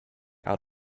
out